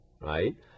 right